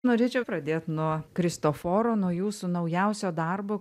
norėčiau pradėt nuo kristoforo nuo jūsų naujausio darbo